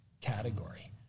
category